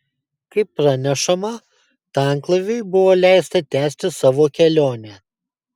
kaip pranešama tanklaiviui buvo leista tęsti savo kelionę